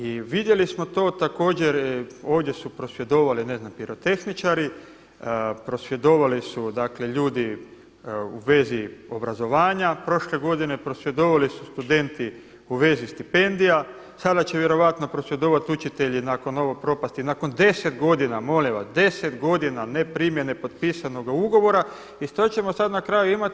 I vidjeli smo to također ovdje su prosvjedovali, ne znam pirotehničari, prosvjedovali su ljudi u vezi obrazovanja prošle godine, prosvjedovali su studenti u vezi stipendija, sada će vjerojatno prosvjedovati učitelji nakon ove propasti, nakon deset godina, molim vas deset godina ne primjene potpisanoga ugovora i što ćemo sada na kraju imati?